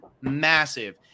massive